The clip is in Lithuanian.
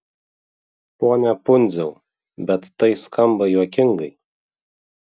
pone pundziau bet tai skamba juokingai